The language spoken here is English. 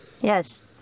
yes